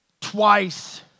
twice